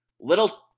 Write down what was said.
Little